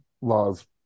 laws